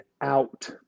out